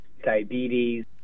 diabetes